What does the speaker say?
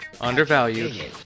undervalued